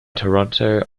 toronto